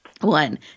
one